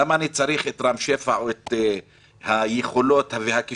למה אני צריך את רם שפע או את היכולות והכישרונות